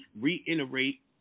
reiterate